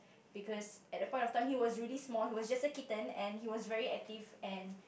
because at that point of time he was really small he was just a kitten and he was very active and